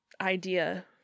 idea